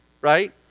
right